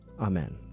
Amen